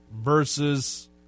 versus